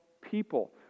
people